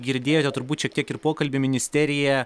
girdėjote turbūt šiek tiek ir pokalbį ministerija